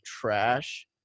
trash